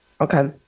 Okay